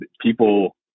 people